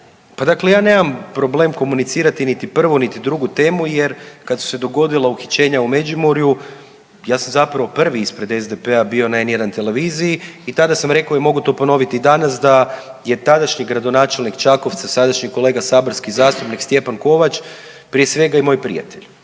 ja nemam problem komunicirati niti prvu niti drugu temu jer kad su se dogodila uhićenja u Međimurju ja sam zapravo prvi ispred SDP-a bio na N1 televiziji i tada sam rekao i mogu to ponoviti i danas da je tadašnji gradonačelnik Čakovca, sadašnji kolega saborski zastupnik Stjepan Kovač prije svega i moj prijatelj